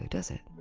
yeah does it?